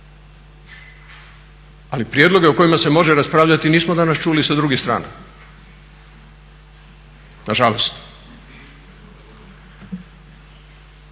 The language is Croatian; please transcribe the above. Ali prijedloge o kojima se može raspravljati nismo danas čuli i sa drugih strana, nažalost.